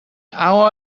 hour